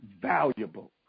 valuable